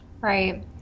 right